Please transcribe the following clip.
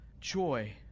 joy